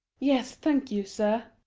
yes, thank you, sir.